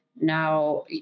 Now